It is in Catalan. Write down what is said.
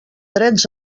drets